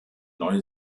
neue